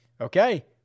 Okay